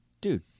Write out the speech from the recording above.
dude